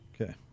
Okay